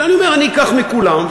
אלא אני אומר: אני אקח מכולם,